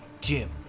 Jim